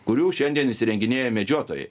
kurių šiandien įsirenginėja medžiotojai